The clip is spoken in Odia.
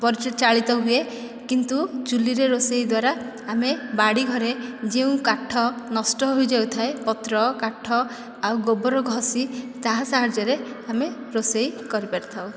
ପରିଚାଳିତ ହୁଏ କିନ୍ତୁ ଚୁଲିରେ ରୋଷେଇ ଦ୍ଵାରା ଆମେ ବାଡ଼ି ଘରେ ଯେଉଁ କାଠ ନଷ୍ଟ ହୋଇଯାଉଥାଏ ପତ୍ର କାଠ ଆଉ ଗୋବର ଘଷି ତାହା ସାହାଯ୍ୟରେ ଆମେ ରୋଷେଇ କରି ପାରିଥାଉ